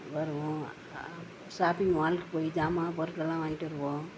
வருவோம் ஷாப்பிங் மாலுக்கு போய் சாமான்லாம் பொருட்கள்லாம் வாங்கிகிட்டு வருவோம்